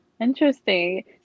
interesting